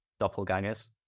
doppelgangers